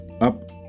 up